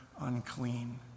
unclean